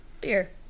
beer